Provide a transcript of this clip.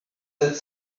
sept